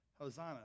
Hosanna